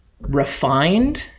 refined